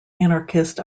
anarchist